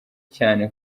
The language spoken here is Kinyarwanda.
cyane